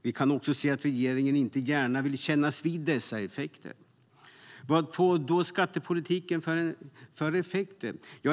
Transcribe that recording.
Vi kan också se att regeringen inte gärna vill kännas vid dessa effekter. Vad får då skattepolitiken för effekter?